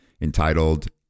entitled